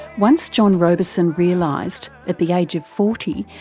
once john robison realised, at the age of forty,